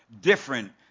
different